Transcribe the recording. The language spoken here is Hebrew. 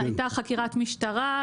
הייתה חקירת משטרה.